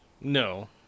No